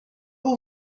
will